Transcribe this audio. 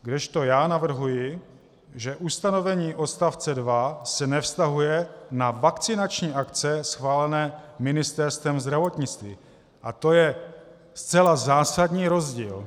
Kdežto já navrhuji, že ustanovení odstavce 2 se nevztahuje na vakcinační akce schválené Ministerstvem zdravotnictví, a to je zcela zásadní rozdíl.